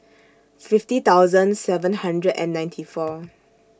fifty thousand seven hundred and ninety four